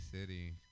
City